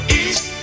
east